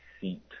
seat